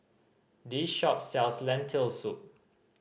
this shop sells Lentil Soup